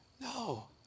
No